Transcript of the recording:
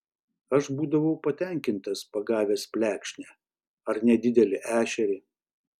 aš būdavau patenkintas pagavęs plekšnę ar nedidelį ešerį